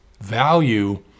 value